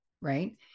right